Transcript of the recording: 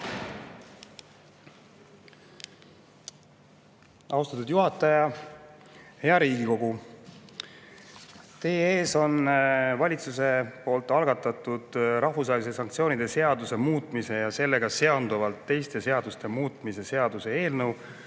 Austatud juhataja! Hea Riigikogu! Teie ees on valitsuse algatatud rahvusvahelise sanktsiooni seaduse muutmise ja sellega seonduvalt teiste seaduste muutmise seaduse eelnõu